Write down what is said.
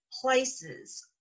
places